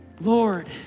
Lord